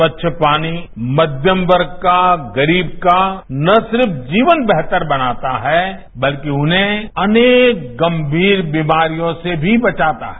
स्वच्छ पानी मध्यम वर्ग का गरीब का न सिर्फ जीवन बेहतर बनाता है बल्कि उन्हें अनेक गंभीर बीमारियों से भी बचाता है